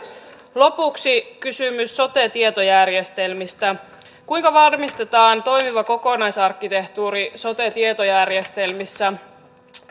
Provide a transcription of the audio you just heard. lopuksi kysymys sote tietojärjestelmistä kuinka varmistetaan toimiva kokonaisarkkitehtuuri sote tietojärjestelmissä